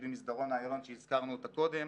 במסדרון האיילון שהזכרנו אותה קודם,